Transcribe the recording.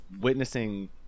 witnessing